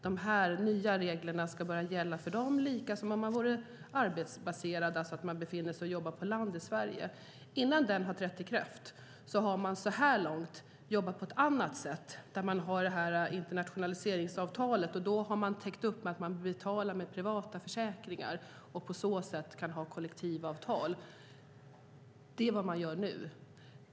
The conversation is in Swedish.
De nya reglerna ska gälla som om de vore arbetsbaserade på land i Sverige. Fram tills konventionen träder i kraft jobbar man på ett annat sätt. Då finns internationaliseringsavtalet, och då täcker privata försäkringar upp. På så sätt går det att ha kollektivavtal. Det är vad man gör nu.